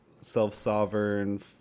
self-sovereign